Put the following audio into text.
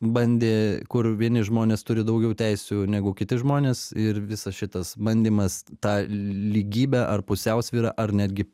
bandė kur vieni žmonės turi daugiau teisių negu kiti žmonės ir visas šitas bandymas tą lygybę ar pusiausvyrą ar netgi